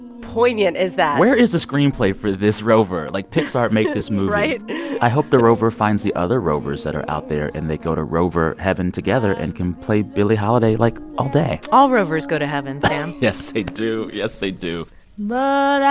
poignant is that? where is the screenplay for this rover? like, pixar, make this movie right i hope the rover finds the other rovers that are out there. and they go to rover heaven together and can play billie holiday, like, all day all rovers go to heaven, sam yes, they do. yes, they do but